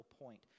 point